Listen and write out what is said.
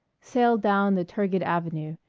sailed down the turgid avenue,